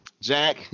Jack